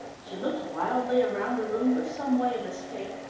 she looked wildly round the room for some way of escape,